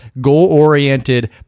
goal-oriented